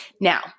Now